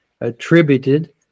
attributed